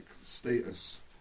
status